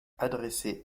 adresser